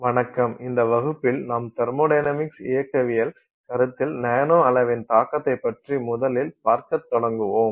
வணக்கம் இந்த வகுப்பில் நாம் தெர்மொடைனமிக்ஸ் இயக்கவியல் கருத்தில் நானோ அளவின் தாக்கத்தைப் பற்றி முதலில் பார்க்க தொடங்குவோம்